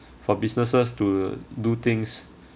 for businesses to do things